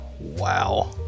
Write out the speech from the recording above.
wow